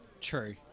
True